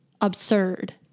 absurd